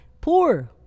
poor